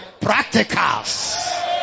practicals